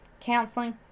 counseling